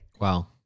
Wow